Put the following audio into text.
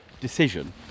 decision